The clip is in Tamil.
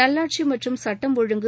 நல்லாட்சி மற்றும் சட்டம் ஒழுங்கு